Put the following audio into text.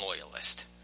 Loyalist